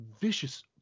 vicious